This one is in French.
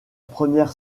première